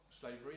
slavery